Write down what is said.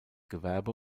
gewerbe